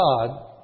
God